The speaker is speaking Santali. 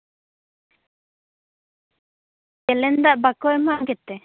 ᱠᱮᱱᱮᱞ ᱫᱟᱜ ᱵᱟᱠᱚ ᱮᱢᱚᱜ ᱜᱮᱛᱮ